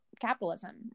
capitalism